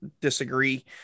disagree